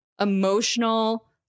emotional